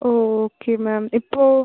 ஓ okay ma'am இப்போ